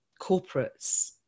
corporates